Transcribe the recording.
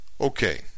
Okay